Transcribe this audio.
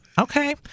Okay